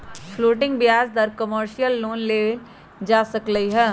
floating ब्याज पर commercial loan लेल जा सकलई ह